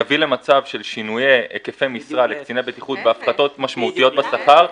יביא למצב של שינויי היקפי משרה לקציני בטיחות והפחתות משמעותיות בשכר.